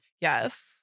Yes